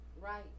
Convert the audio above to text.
Right